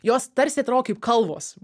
jos tarsi atrodo kaip kalvos